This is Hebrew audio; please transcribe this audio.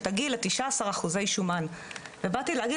שתגיעי ל-19 אחוזי שומן' ובאת להגיד